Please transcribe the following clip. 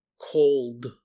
cold